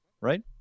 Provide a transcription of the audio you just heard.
right